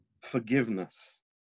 Forgiveness